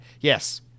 Yes